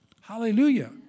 Hallelujah